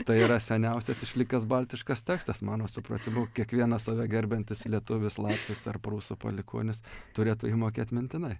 tai yra seniausias išlikęs baltiškas tekstas mano supratimu kiekvienas save gerbiantis lietuvis latvis ar prūsų palikuonis turėtų jį mokėt mintinai